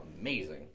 amazing